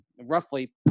roughly